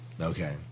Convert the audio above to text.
Okay